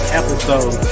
episode